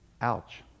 Ouch